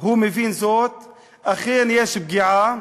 הוא מבין זאת, אכן יש פגיעה,